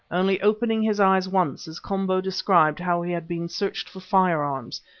only opening his eyes once as komba described how we had been searched for firearms,